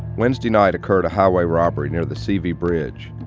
wednesday night occurred a highway robbery near the c v. bridge,